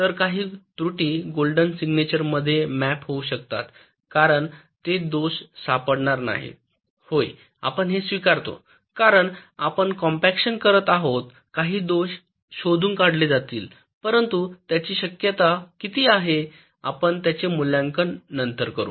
तर काही त्रुटी गोल्डन सिग्नेचरमध्ये मॅप होऊ शकतात आणि ते दोष सापडणार नाहीत होय आपण ते स्वीकारतो कारण आपण कॉम्पॅक्शन करत आहोत काही दोष शोधून काढले जातील परंतु त्याची शक्यता किती आहे आपण त्याचे मूल्यांकन नंतर करू